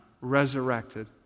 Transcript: resurrected